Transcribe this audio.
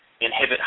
inhibit